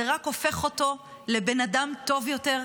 זה רק הופך אותו לבן אדם טוב יותר,